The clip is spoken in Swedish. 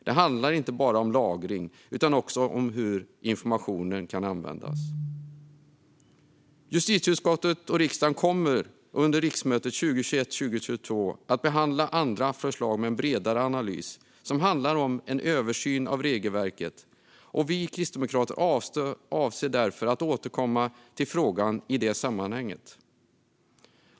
Det handlar inte bara om lagring utan också om hur informationen kan användas. Justitieutskottet och riksdagen kommer under riksmötet 2021/2022 att med en bredare analys behandla andra förslag som handlar om en översyn av regelverket. Vi kristdemokrater avser därför att återkomma till frågan i det sammanhanget.